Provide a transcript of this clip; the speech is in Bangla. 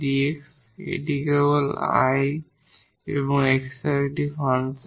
এখানে I কেবল x এর একটি ফাংশন